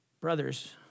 brothers